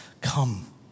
come